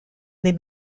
les